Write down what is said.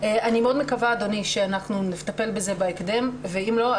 אני מאוד מקווה אדוני שאנחנו נטפל בזה בהקדם ואם לא,